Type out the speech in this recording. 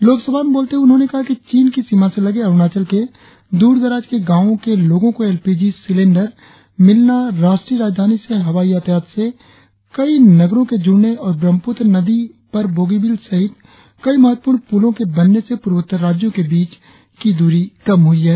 लोकसभा में बोलते हुए उन्होंने कहा कि चीन की सीमा से लगे अरुणाचल के दूरदराज के गावों के लोगो को एल पी जी सिलेंडर मिलना राष्ट्रीय राजधानी से हवाई यातायात से कई नगरों के जुड़ने और ब्रह्मपुत्र नदी पर बोगीबिल सहित कई महत्वपूर्ण पुलो के बनने से पूर्वोत्तर राज्यों के बीच की दूरी कम हुई है